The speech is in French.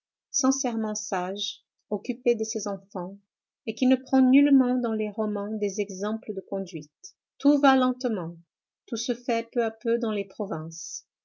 sincèrement sage occupée de ses enfants et qui ne prend nullement dans les romans des exemples de conduite tout va lentement tout se fait peu à peu dans les provinces